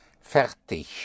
Fertig